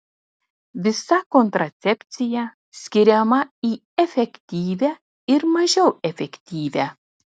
visa kontracepcija skiriama į efektyvią ir mažiau efektyvią